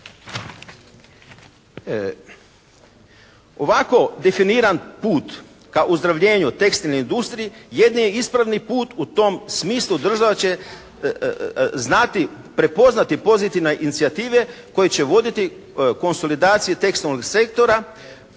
Ovako definiran put ka ozdravljenju tekstilnoj industriji jedini je ispravni put u tom smislu država će znati prepoznati pozitivna inicijative koje će voditi konsolidaciji tekstilnog sektora,